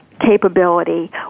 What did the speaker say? capability